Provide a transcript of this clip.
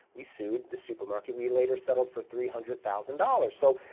we sued the supermarket, we later settled for three hundred thousand dollars. so,